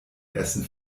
essen